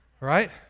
right